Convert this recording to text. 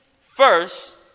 first